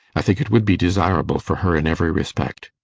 i think it would be desirable for her in every respect.